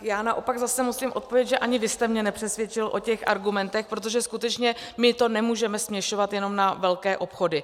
Já naopak zase musím odpovědět, že ani vy jste mě nepřesvědčil o těch argumentech, protože skutečně my to nemůžeme směšovat jenom na velké obchody.